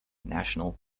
national